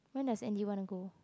when does Andy wanna go